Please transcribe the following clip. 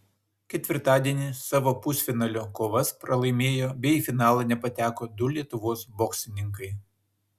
ketvirtadienį savo pusfinalio kovas pralaimėjo bei į finalą nepateko du lietuvos boksininkai